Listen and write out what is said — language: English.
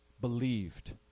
believed